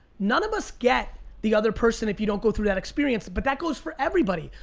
none of us get the other person, if you don't go through that experience, but that goes for everybody!